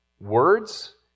words